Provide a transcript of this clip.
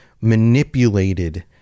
manipulated